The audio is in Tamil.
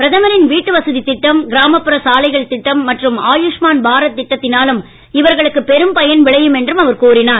பிரதமரின் வீட்டு வசதித் திட்டம் கிராமப் புற சாலைகள் திட்டம் மற்றும் ஆயுஷ்மான் பாரத் திட்டத்தினாலும் இவர்களுக்கு பெரும்பயன் விளையும் என்றும் அவர் கூறினார்